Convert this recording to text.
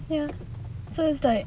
ya so it's like